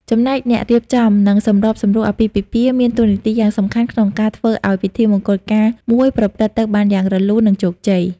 ចំណែកអ្នករៀបចំ និងសម្របសម្រួលអាពាហ៍ពិពាហ៍មានតួនាទីយ៉ាងសំខាន់ក្នុងការធ្វើឱ្យពិធីមង្គលការមួយប្រព្រឹត្តទៅបានយ៉ាងរលូន និងជោគជ័យ។